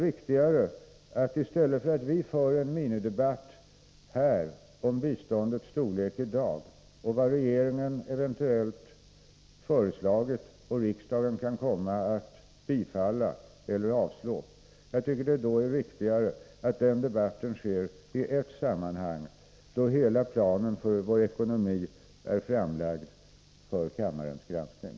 I stället för att vi här för en minidebatt om biståndets storlek i dag och om vad regeringen eventuellt föreslagit och riksdagen kan komma att bifalla eller avslå, är det riktigare att dessa frågor debatteras i ett sammanhang, då hela planen för vår ekonomi är framlagd för kammarens granskning.